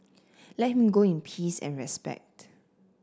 let him go in peace and respect